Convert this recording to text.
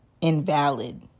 invalid